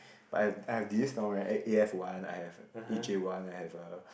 but I have I have this A F one I have A J one I have uh